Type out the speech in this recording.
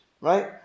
right